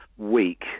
weak